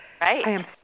Right